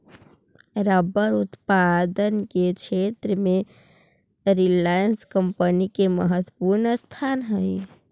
rubber उत्पादन के क्षेत्र में रिलायंस कम्पनी के महत्त्वपूर्ण स्थान हई